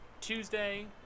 Tuesday